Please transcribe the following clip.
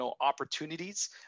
opportunities